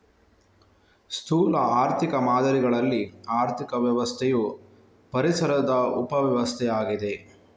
ಸ್ಥೂಲ ಆರ್ಥಿಕ ಮಾದರಿಗಳಲ್ಲಿ ಆರ್ಥಿಕ ವ್ಯವಸ್ಥೆಯು ಪರಿಸರದ ಉಪ ವ್ಯವಸ್ಥೆಯಾಗಿದೆ